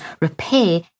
repair